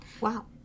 Wow